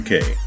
UK